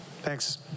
Thanks